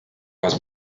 was